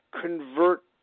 convert